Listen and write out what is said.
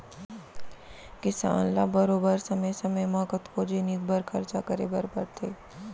किसान ल बरोबर समे समे म कतको जिनिस बर खरचा करे बर परथे